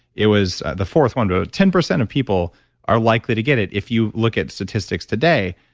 it was the fourth one, but ten percent of people are likely to get it if you look at statistics today.